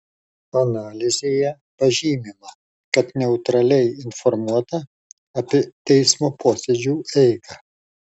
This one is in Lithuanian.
analizėje pažymima kad neutraliai informuota apie teismo posėdžių eigą